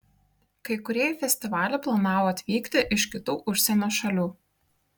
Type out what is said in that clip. kai kurie į festivalį planavo atvykti iš kitų užsienio šalių